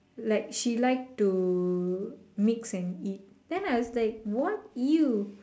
like she like to mix and it then I was like what !eww!